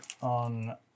on